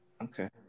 Okay